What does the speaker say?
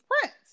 Prince